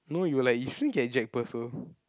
no you were like you shouldn't get Jack-Purcell